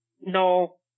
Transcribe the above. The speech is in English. No